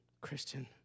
Christian